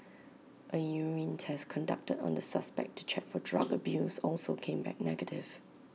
A urine test conducted on the suspect to check for drug abuse also came back negative